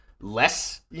less